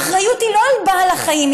האחריות היא לא על בעל החיים,